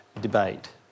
debate